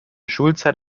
schulzeit